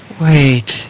Wait